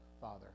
father